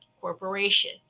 corporation